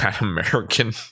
American